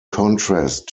contrast